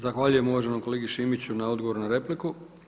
Zahvaljujem uvaženom kolegi Šimiću na odgovoru na repliku.